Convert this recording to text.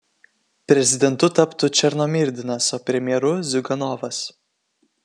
prezidentu taptų černomyrdinas o premjeru ziuganovas